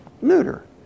neuter